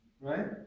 right